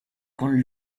con